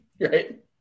Right